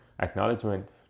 Acknowledgement